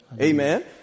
Amen